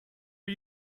are